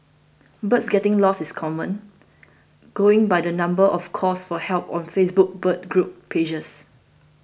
birds getting lost is common going by the number of calls for help on Facebook bird group pages